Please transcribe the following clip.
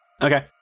Okay